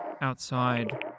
outside